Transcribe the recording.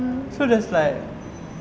so there's like